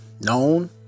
known